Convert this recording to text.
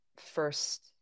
first